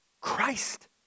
Christ